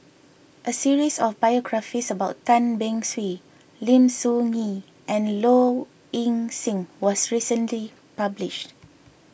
a series of biographies about Tan Beng Swee Lim Soo Ngee and Low Ing Sing was recently published